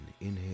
inhale